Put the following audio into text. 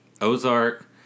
Ozark